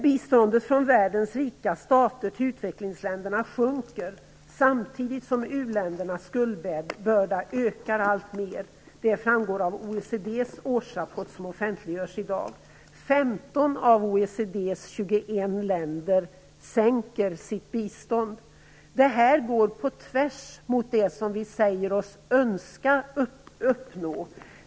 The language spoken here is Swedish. Biståndet från världens rika stater till utvecklingsländerna sjunker, samtidigt som u-ländernas skuldbörda ökar alltmer. Det framgår av OECD:s årsrapport, som offentliggörs i dag. 15 av OECD:s 21 länder minskar sitt bistånd. Det går på tvärs med det som vi säger oss önska uppnå.